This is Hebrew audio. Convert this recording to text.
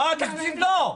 לא, בתקציב לא.